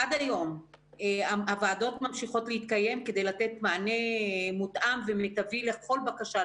עד היום הוועדות ממשיכות להתקיים כדי לתת מענה מותאם ומיטבי לכל בקשה,